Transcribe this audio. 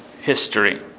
history